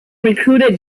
recruited